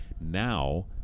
Now